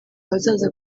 abazaza